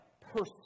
person